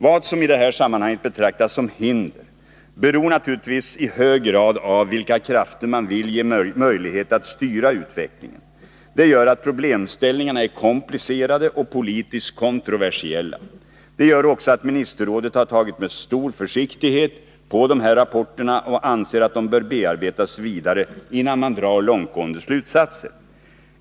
Vad som därvid betraktas som hinder beror naturligtvis i hög grad på vilka krafter man vill ge möjlighet att styra utvecklingen. Det gör att problemställningarna är komplicerade och politiskt kontroversiella. Det gör också att ministerrådet har tagit med stor försiktighet på dessa rapporter och ansett att de bör bearbetas vidare, innan man drar långtgående slutsatser.